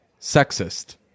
sexist